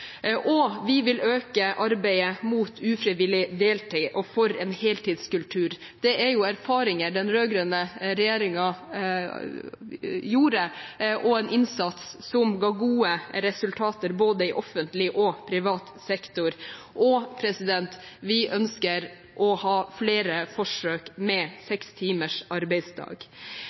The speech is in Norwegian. Vi vil også øke arbeidet mot ufrivillig deltid og for heltidskultur. Dette er erfaringer den rød-grønne regjeringen gjorde og var en innsats som ga gode resultater i både offentlig og privat sektor. Vi ønsker flere forsøk med seks timers arbeidsdag. Vi ønsker et arbeidsliv man kan leve med